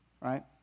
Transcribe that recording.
right